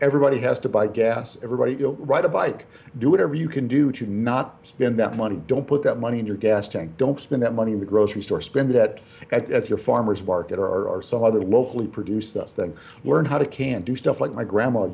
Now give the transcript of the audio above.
everybody has to buy gas everybody you know write a bike do whatever you can do to not spend that money don't put that money in your gas tank don't spend that money in the grocery store spend that at your farmer's market or some other locally produced us than learn how to can do stuff like my grandmother